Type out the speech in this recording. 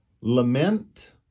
Lament